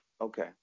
okay